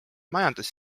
majandus